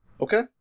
Okay